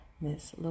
Miss